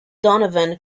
donovan